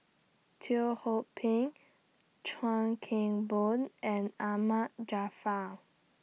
Teo Ho Pin Chuan Keng Boon and Ahmad Jaafar